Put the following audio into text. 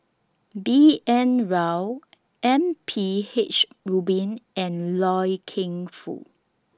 B N Rao M P H Rubin and Loy Keng Foo